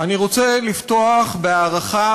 אני רוצה לפתוח בהערכה,